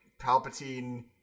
Palpatine